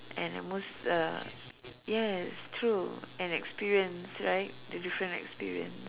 and the most uh yes true and experience right the different experience